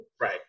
Right